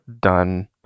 done